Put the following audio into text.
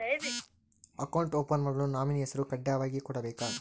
Account open ಮಾಡಲು nominee ಹೆಸರು ಕಡ್ಡಾಯವಾಗಿ ಕೊಡಬೇಕಾ?